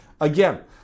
again